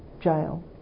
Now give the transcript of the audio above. jail